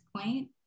point